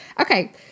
okay